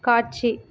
காட்சி